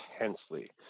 intensely